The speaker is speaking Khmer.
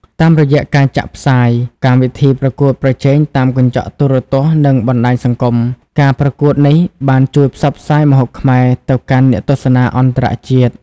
តាមរយៈការចាក់ផ្សាយកម្មវិធីប្រកួតប្រជែងតាមកញ្ចក់ទូរទស្សន៍ និងបណ្ដាញសង្គម ការប្រកួតនេះបានជួយផ្សព្វផ្សាយម្ហូបខ្មែរទៅកាន់អ្នកទស្សនាអន្តរជាតិ។